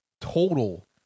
total